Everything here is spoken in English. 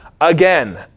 again